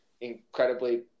incredibly